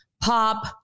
pop